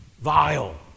vile